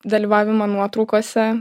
dalyvavimą nuotraukose